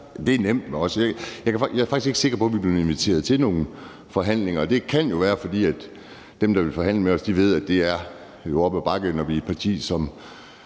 Borgerlige. Jeg er faktisk ikke sikker på, at vi er blevet inviteret til nogen forhandlinger, og det kan jo være, at det er, fordi dem, der vil forhandle med os, ved, at det er op ad bakke, når vi er et parti, som